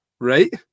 right